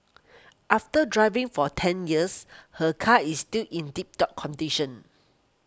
after driving for ten years her car is still in tip top condition